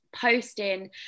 posting